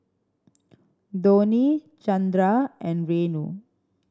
Dhoni Chandra and Renu